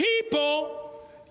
people